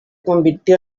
convirtió